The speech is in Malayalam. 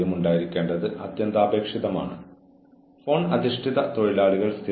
നിങ്ങൾ ഉടനടി ശിക്ഷ ഒഴിവാക്കണം